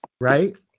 right